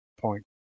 point